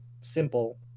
simple